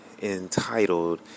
entitled